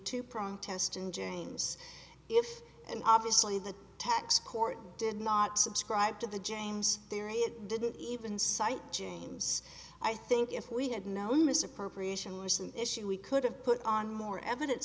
two prong test in james if and obviously the tax court did not subscribe to the james theory it didn't even cite james i think if we had known misappropriation recent issue we could have put on more evidence